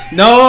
no